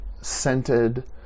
scented